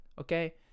Okay